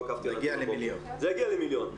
זה יגיע למיליון.